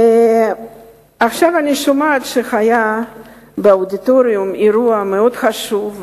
ועכשיו אני שומעת שהיה באודיטוריום אירוע מאוד חשוב,